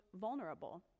vulnerable